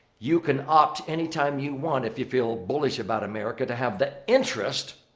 you can opt anytime you want if you feel bullish about america to have the interest,